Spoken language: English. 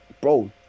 bro